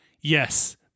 Yes